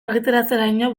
argitaratzeraino